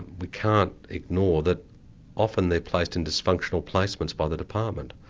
we can't ignore that often they're placed in dysfunctional placements by the department.